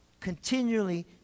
continually